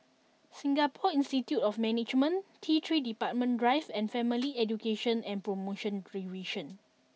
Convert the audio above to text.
Singapore Institute of Management T Three Departure Drive and Family Education and Promotion Division